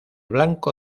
blanco